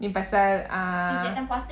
ni pasal ah